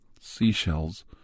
seashells